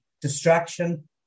distraction